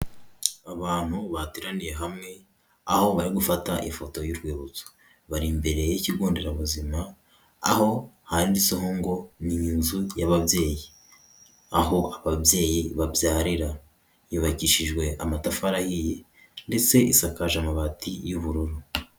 Abantu bateraniye hamwe aho bari gufata ifoto y'urwibutso, bari imbere y'ikigo nderabuzima aho handitseho ngo: ni inzu y'ababyeyi, aho ababyeyi babyarira yucbkishijwe amatafari ahiye ndetse isakaje amabati y'ubururu.